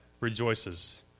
rejoices